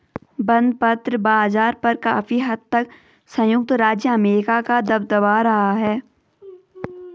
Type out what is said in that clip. बंधपत्र बाज़ार पर काफी हद तक संयुक्त राज्य अमेरिका का दबदबा रहा है